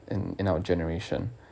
in in our generation